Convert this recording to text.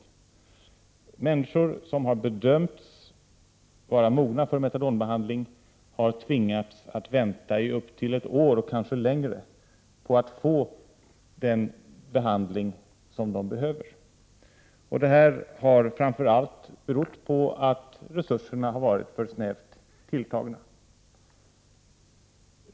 De människor som har bedömts vara mogna för metadonbehandling har tvingats vänta i upp till ett år eller längre på att få den behandling som de behöver, framför allt på grund av att resurserna har varit för snävt tilltagna.